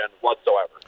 whatsoever